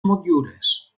motllures